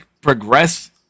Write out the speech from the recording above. progress